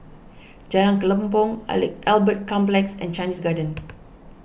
Jalan Kelempong Albert Complex and Chinese Garden